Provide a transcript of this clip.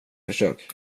försök